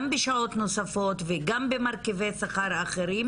בשעות נוספות וגם במרכיבי שכר אחרים.